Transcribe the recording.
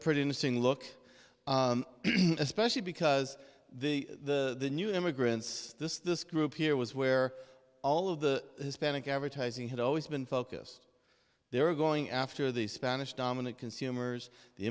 pretty interesting look especially because the the new immigrants this this group here was where all of the hispanic advertising had always been focused they were going after the spanish dominant consumers the